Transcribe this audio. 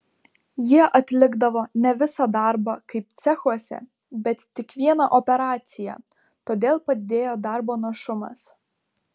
jie atlikdavo ne visą darbą kaip cechuose bet tik vieną operaciją todėl padidėjo darbo našumas